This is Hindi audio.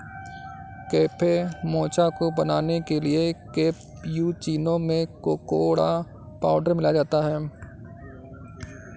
कैफे मोचा को बनाने के लिए कैप्युचीनो में कोकोडा पाउडर मिलाया जाता है